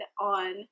on